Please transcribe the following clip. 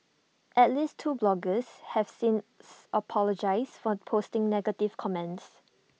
at least two bloggers have since apologised for posting negative comments